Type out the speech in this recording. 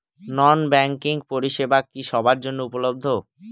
নন banking পরিষেবা কি সবার জন্য উপলব্ধ?